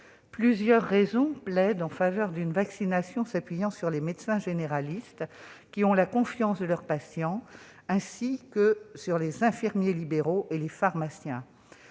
Plusieurs raisons plaident en faveur d'une vaccination s'appuyant sur les médecins généralistes, qui ont la confiance de leurs patients, ainsi que sur les infirmiers libéraux et les pharmaciens.